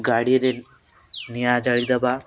ଗାଡ଼ିରେ ନିଆଁ ଜାଳି ଦେବା